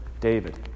David